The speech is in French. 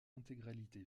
intégralité